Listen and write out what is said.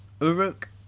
Uruk